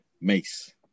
Mace